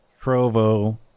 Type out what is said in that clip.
Trovo